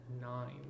nine